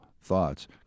thoughts